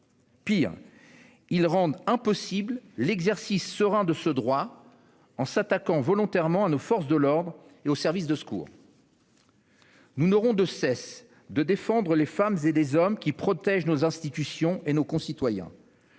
Pis, ils rendent impossible l'exercice serein de ce droit en s'attaquant volontairement à nos forces de l'ordre et aux services de secours. Nous n'aurons de cesse de défendre les femmes et les hommes qui protègent nos institutions et nos concitoyens.